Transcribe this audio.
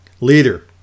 Leader